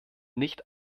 nicht